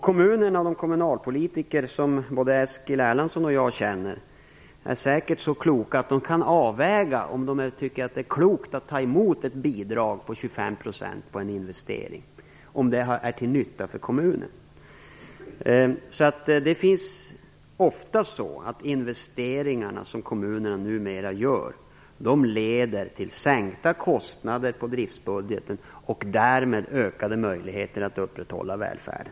Kommunerna och de kommunalpolitiker som både Eskil Erlandsson och jag känner är säkert så förnuftiga att de kan avväga om det är klokt att ta emot ett bidrag på 25 % om det gäller en investering som är till nytta för kommunen. Ofta leder de investeringar som kommunerna numera gör till sänkta kostnader i driftsbudgeten och därmed till ökade möjligheter att upprätthålla välfärden.